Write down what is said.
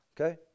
okay